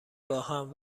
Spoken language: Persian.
باهم